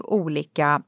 olika